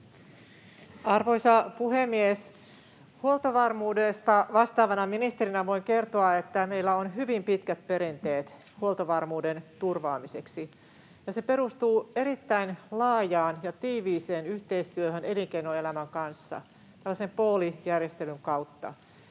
Arvoisa puhemies! Huoltovarmuudesta vastaavana ministerinä voin kertoa, että meillä on hyvin pitkät perinteet huoltovarmuuden turvaamiseksi, ja se perustuu erittäin laajaan ja tiiviiseen yhteistyöhön elinkeinoelämän kanssa tällaisen poolijärjestelyn kautta,